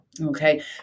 Okay